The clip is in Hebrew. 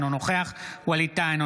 אינו נוכח ווליד טאהא,